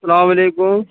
السلام علیکم